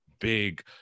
big